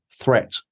threat